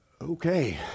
okay